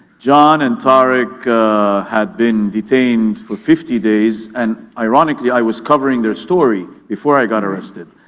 john and tarek had been detained for fifty days and ironically i was covering their story before i got arrested.